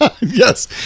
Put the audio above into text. Yes